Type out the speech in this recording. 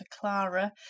Clara